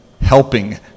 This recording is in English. helping